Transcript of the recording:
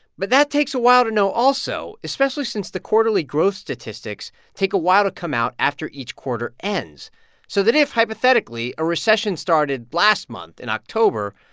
but that takes a while to know also, especially since the quarterly growth statistics take a while to come out after each quarter ends so that if, hypothetically, a recession started last month in october,